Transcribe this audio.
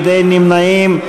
אין נמנעים.